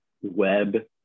web